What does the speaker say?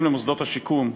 אם למוסדות השיקום,